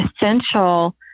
essential